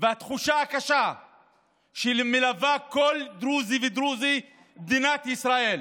והתחושה הקשה שמלווה כל דרוזי ודרוזי במדינת ישראל.